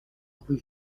rue